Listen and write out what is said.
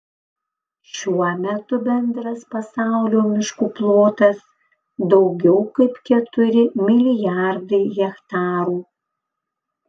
šiuo metu bendras pasaulio miškų plotas daugiau kaip keturi milijardai hektarų